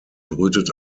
brütet